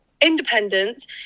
Independence